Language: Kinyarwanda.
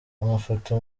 amafoto